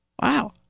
Wow